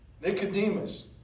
Nicodemus